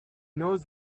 knows